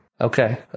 Okay